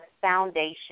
foundation